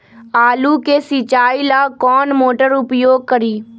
आलू के सिंचाई ला कौन मोटर उपयोग करी?